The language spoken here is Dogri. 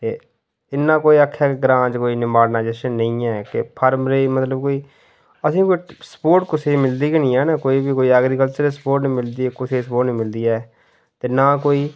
ते इन्ना कोई आक्खे ग्रांऽ च कोई इन्नी कोई माडर्नाइजेशन नेईं ऐ फार्मली मतलब कोई असेंगी कोई स्पोर्ट कुसै गी मिलदी गै नेईं ऐ कोई ऐग्रीकल्चर दी स्पोर्ट नेईं मिलदी कुसै दी स्पोर्ट नेईं मिलदी ऐ ते ना कोई